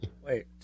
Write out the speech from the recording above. Wait